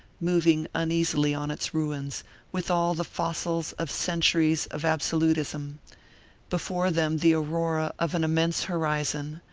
moving uneasily on its ruins with all the fossils of centuries of absolutism before them the aurora of an immense horizon,